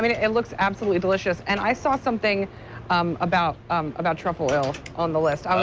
i mean it it looks absolutely delicious. and i saw something um about um about truele oil on the list.